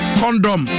condom